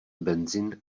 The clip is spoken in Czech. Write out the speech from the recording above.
benzin